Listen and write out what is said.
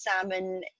salmon